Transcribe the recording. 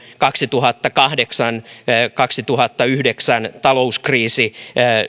kaksituhattakahdeksan viiva kaksituhattayhdeksän talouskriisi